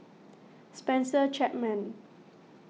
Spencer Chapman